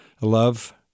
Love